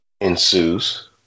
ensues